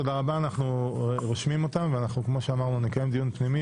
אנחנו נרשום אותם וכמו שאמרנו נקיים דיון פנימי